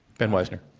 ben wizner.